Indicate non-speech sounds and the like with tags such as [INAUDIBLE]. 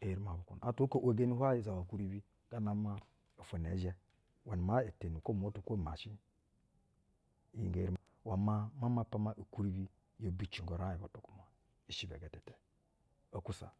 eri ma bu kwuna. Atwa oko ‘wegeni hwayɛ zawa ukwuribi gana maa ofwo na ɛɛ zhɛ iwɛ maa ee teni kwo umotu kwo umashin. Iyi nge eri iwɛ maa ma mapa maa ukwuribi yo bicingo uraiƞ butu gwamwa i shɛ ibɛgɛtɛtɛ. [UNINTELLIGIBLE]